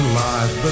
life